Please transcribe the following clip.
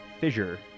fissure